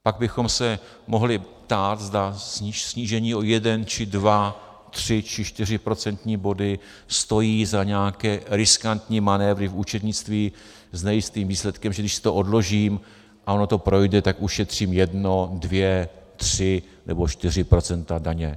Pak bychom se mohli ptát, zda snížení o jeden či dva, tři či čtyři procentní body stojí za nějaké riskantní manévry v účetnictví s nejistým výsledkem, že když si to odložím a ono to projde, tak ušetřím jedno, dvě, tři nebo čtyři procenta daně.